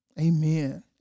Amen